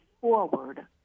forward